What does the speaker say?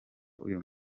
uyu